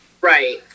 right